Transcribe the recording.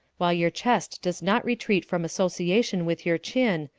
while your chest does not retreat from association with your chin,